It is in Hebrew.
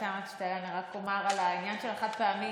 אני רק אומר על העניין של החד-פעמי,